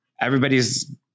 everybody's